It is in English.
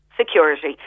Security